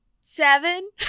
seven